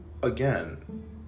Again